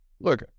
Look